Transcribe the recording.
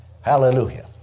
Hallelujah